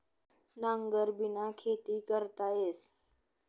नांगरबिना खेती करता येस